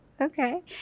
okay